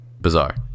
bizarre